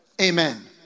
Amen